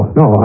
no